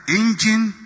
engine